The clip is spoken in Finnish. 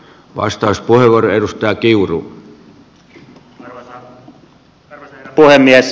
arvoisa herra puhemies